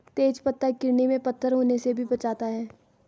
तेज पत्ता किडनी में पत्थर होने से भी बचाता है